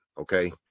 Okay